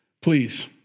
please